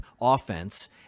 offense